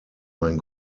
mein